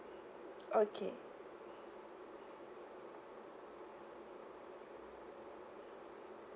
okay